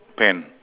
pan